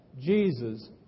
Jesus